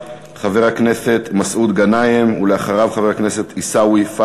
חבר הכנסת מסעוד גנאים,